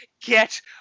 Get